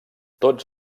tots